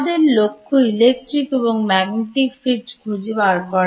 আমাদের লক্ষ্য Electric এবং Magnetic Fields খুঁজে বার করা